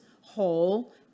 whole